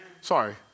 Sorry